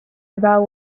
about